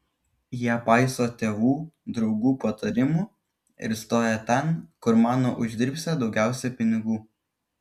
jie paiso tėvų draugų patarimų ir stoja ten kur mano uždirbsią daugiausiai pinigų